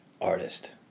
Artist